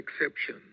exception